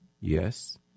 Yes